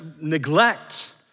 neglect